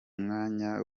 mwanya